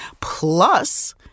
plus